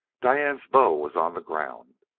diane's bow was on the ground.